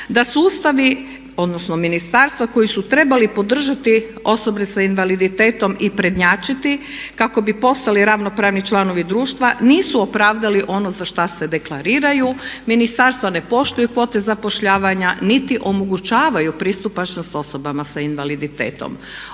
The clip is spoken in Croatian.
odbora, da su ministarstva koja su trebala podržati osobe s invaliditetom i prednjačiti kako bi postali ravnopravni članovi društva nisu opravdali ono za što se deklariraju. Ministarstva ne poštuju kvote zapošljavanja niti omogućavaju pristupačnost osobama s invaliditetom.